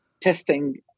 testing